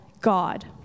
God